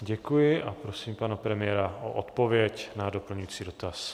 Děkuji a prosím pana premiéra o odpověď na doplňující dotaz.